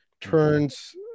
turns